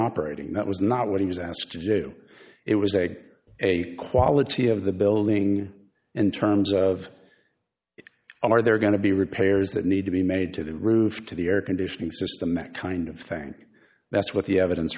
operating that was not what he was asked to do it was say a quality of the building in terms of are there going to be repairs that need to be made to the roof to the air conditioning system that kind of thing that's what the evidence